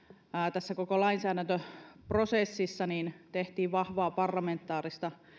tässä koko lainsäädäntöprosessissa tehtiin vahvaa parlamentaarista